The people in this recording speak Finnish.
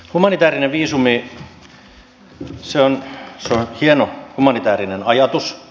humanitäärinen viisumi on hieno humanitäärinen ajatus